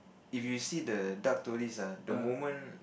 if you see the dark tourist ah the moment